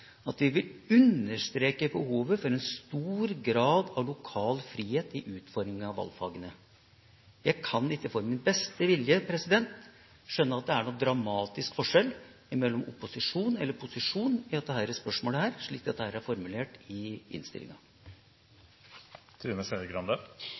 at vi er så veldig firkantet og sentralstyrende i vårt opplegg. Det står jo vitterlig følgende: «Flertallet vil likevel understreke behovet for en stor grad av lokal frihet i utformingen av valgfagene.» Jeg kan ikke med min beste vilje skjønne at det er noen dramatisk forskjell mellom opposisjon og posisjon i dette spørsmålet, slik dette er formulert i